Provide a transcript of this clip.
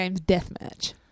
Deathmatch